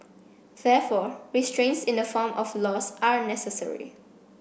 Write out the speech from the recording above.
therefore restraints in the form of laws are necessary